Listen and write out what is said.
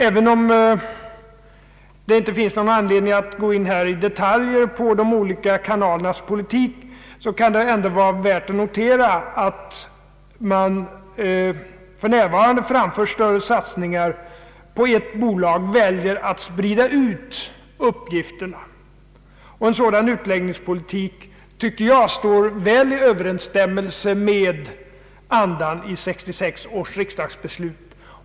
Även om det inte finns någon anledning att i detalj gå in på de olika kanalernas politik kan det vara värt att notera att de för närvarande framför att göra större satsningar på ett bolag väljer att sprida ut uppgifterna. En sådan utläggningspolitik tycker jag står väl i överensstämmelse med andan i 1966 års riksdagsbeslut.